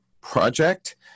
Project